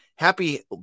Happy